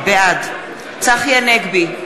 בעד צחי הנגבי,